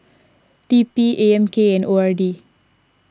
T P A M K and O R D